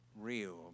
real